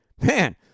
Man